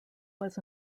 was